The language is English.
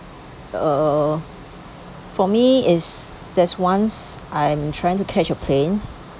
uh for me it's there's once I was trying to catch a plane